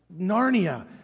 Narnia